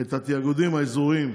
את התיאוגדים האזוריים.